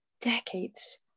decades